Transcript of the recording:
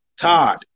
Todd